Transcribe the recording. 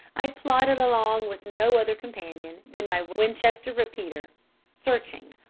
i plodded along with no other companion than my winchester repeater searching,